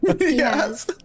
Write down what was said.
yes